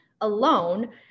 alone